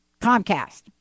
Comcast